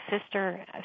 sister